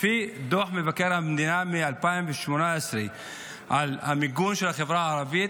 לפי דוח מבקר המדינה מ-2018 על המיגון של החברה הערבית,